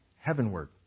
heavenward